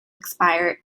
expire